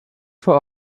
vor